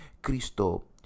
Cristo